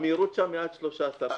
המהירות שם היא עד 13 עד קמ"ש.